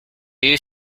you